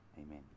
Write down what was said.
amen